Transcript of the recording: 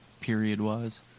period-wise